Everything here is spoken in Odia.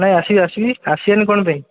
ନାଇଁ ଆସିବି ଆସିବି ଆସିବିନି କ'ଣ ପାଇଁ